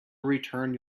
return